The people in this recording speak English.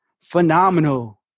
Phenomenal